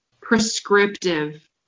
prescriptive